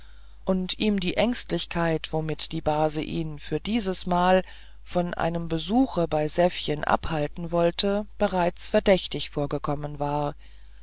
und ihm die ängstlichkeit womit die base ihn für dieses mal von einem besuche bei sephchen abhalten wollte bereits verdächtig vorgekommen war